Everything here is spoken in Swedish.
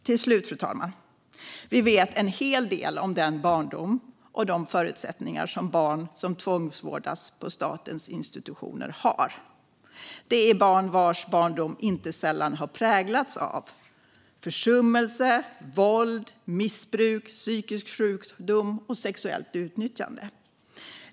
Till slut, fru talman: Vi vet en hel del om den barndom och de förutsättningar som barn som tvångsvårdas på statens institutioner har. Det är barn vars barndom inte sällan har präglats av försummelse, våld, missbruk, psykisk sjukdom och sexuellt utnyttjande.